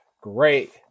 great